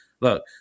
Look